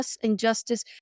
injustice